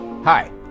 Hi